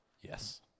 Yes